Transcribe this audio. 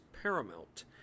paramount